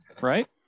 Right